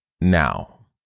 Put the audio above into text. now